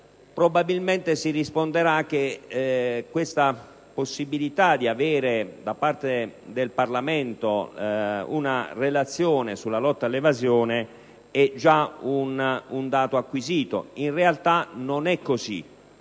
Probabilmente si risponderà che la possibilità di avere da parte del Parlamento una relazione sulla lotta all'evasione è già un dato acquisito. In realtà non è così